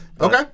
Okay